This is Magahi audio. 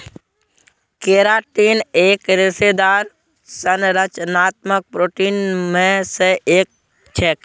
केराटीन एक रेशेदार संरचनात्मक प्रोटीन मे स एक छेक